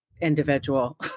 individual